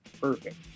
perfect